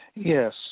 Yes